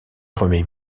remet